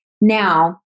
Now